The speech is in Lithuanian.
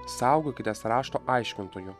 saugokitės rašto aiškintojų